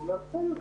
המצגת